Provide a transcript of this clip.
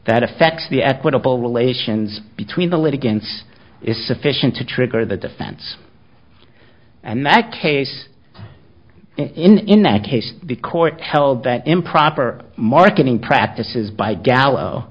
that affects the equitable relations between the litigants is sufficient to trigger the defense and that case in that case the court held that improper marketing practices by gallo